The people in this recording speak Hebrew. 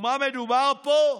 ובמה מדובר פה?